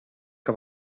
que